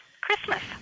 Christmas